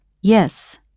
Yes